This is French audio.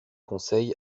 conseil